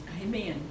Amen